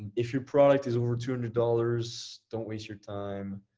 if your product is over two hundred dollars, don't waste your time.